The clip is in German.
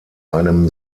einem